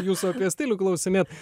jūsų apie stilių klausinėt